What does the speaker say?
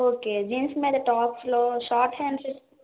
okay jeans మీద టాప్స్లో short hands